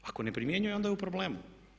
Ako ne primjenjuje onda je u problemu.